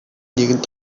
нэгэн